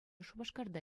шупашкарта